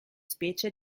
specie